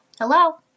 Hello